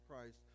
Christ